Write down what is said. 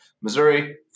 Missouri